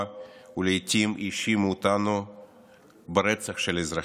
ולעיתים האשימו אותנו ברצח של אזרחים.